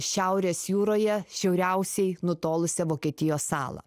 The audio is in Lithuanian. šiaurės jūroje šiauriausiai nutolusią vokietijos sala